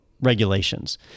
regulations